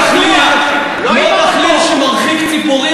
כמו דחליל שמרחיק ציפורים,